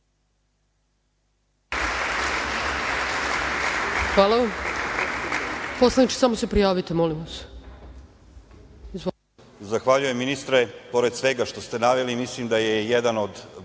Hvala vam. Poslaniče, samo se prijavite, molim